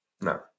No